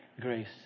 grace